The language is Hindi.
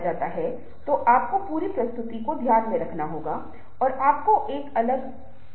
उदाहरण के लिए यदि आप फेसबुक देख रहे हैं तो हम पाते हैं कि लोग फेसबुक पर अपने पसंदीदा गाने देते हैं